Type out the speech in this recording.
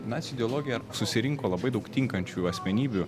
nacių ideologija susirinko labai daug tinkančių asmenybių